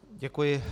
Děkuji.